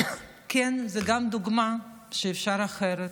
כן, זאת גם דוגמה שאפשר אחרת,